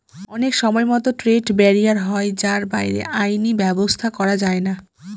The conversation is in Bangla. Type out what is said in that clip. অনেক সময়তো ট্রেড ব্যারিয়ার হয় যার বাইরে আইনি ব্যাবস্থা করা যায়না